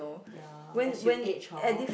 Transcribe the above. ya as you age hor